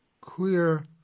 queer